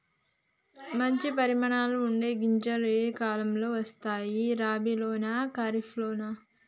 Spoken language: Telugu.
మంచి పరిమాణం ఉండే గింజలు ఏ కాలం లో వస్తాయి? రబీ లోనా? ఖరీఫ్ లోనా?